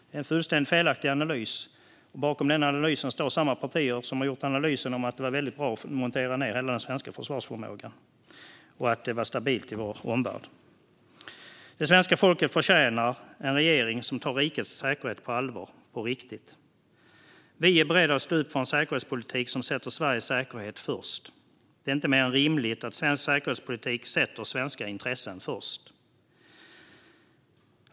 Det är en fullständigt felaktig analys, och bakom den analysen står samma partier som har gjort analysen att det var väldigt bra att montera ned hela den svenska försvarsförmågan och att det var stabilt i vår omvärld. Det svenska folket förtjänar en regering som tar rikets säkerhet på allvar, på riktigt. Vi är beredda att stå upp för en säkerhetspolitik som sätter Sveriges säkerhet först. Det är inte mer än rimligt att svensk säkerhetspolitik sätter svenska intressen först.